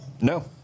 No